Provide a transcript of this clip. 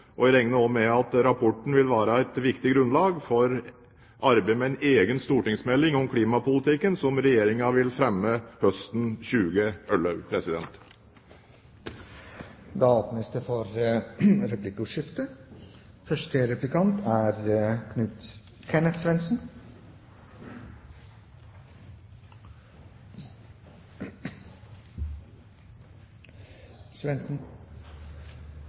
og jeg regner også med at rapporten vil være et viktig grunnlag for arbeidet med en egen stortingsmelding om klimapolitikken som Regjeringen vil fremme høsten 2011. Da åpnes det for replikkordskifte.